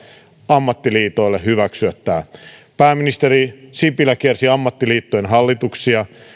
ammattiliitoille hyväksyä tämä pääministeri sipilä kiersi ammattiliittojen hallituksia